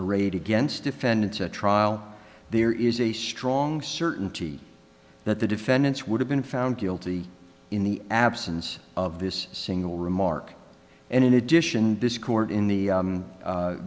arrayed against defendants at trial there is a strong certainty that the defendants would have been found guilty in the absence of this single remark and in addition discord in the